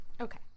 Okay